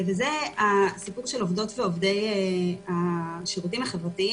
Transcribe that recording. והיא סיפור עובדות ועובדי השירותים החברתיים